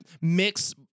mix